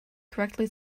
correctly